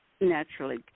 naturally